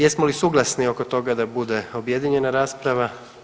Jesmo li suglasni oko toga da bude objedinjena rasprava?